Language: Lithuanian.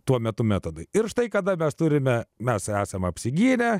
tuo metu metodai ir štai kada mes turime mes esame apsigynę